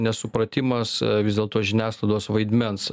nesupratimas vis dėlto žiniasklaidos vaidmens